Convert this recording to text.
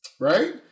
Right